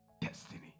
Destiny